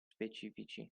specifici